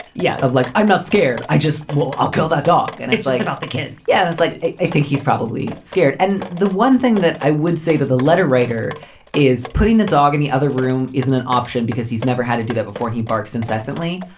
yeah. like i'm not scared. i just will. i'll kill that dog. and it's like about the kids. yeah. and it's like i think he's probably scared. and the one thing that i would say to the letter writer is putting the dog in the other room isn't an option because he's never had to do that before. he barks incessantly.